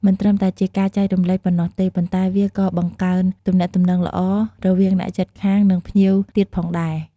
មិនត្រឹមតែជាការចែករំលែកប៉ុណ្ណោះទេ ប៉ុន្តែវាក៏បង្កើនទំនាក់ទំនងល្អរវៀងអ្នកជិតខាងនិងភ្ញៀវទៀតផងដែរ។